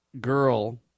girl